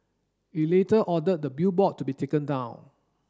it later ordered the billboard to be taken down